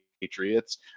Patriots